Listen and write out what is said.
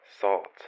salt